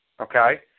okay